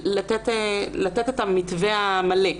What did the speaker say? לתת את המתווה המלא.